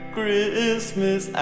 Christmas